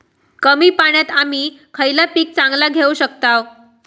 कमी पाण्यात आम्ही खयला पीक चांगला घेव शकताव?